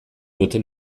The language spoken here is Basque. dut